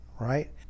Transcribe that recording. right